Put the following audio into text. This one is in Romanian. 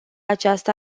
această